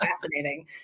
fascinating